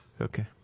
okay